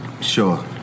Sure